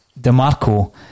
DeMarco